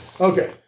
Okay